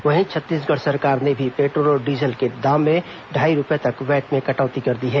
वहीं छत्तीसगढ़ सरकार ने भी पेट्रोल और डीजल के दाम में ढाई रुपये तक वैट में कटौती कर दी है